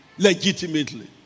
Legitimately